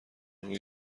روی